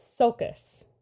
sulcus